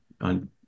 on